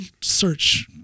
search